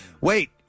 Wait